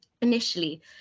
Initially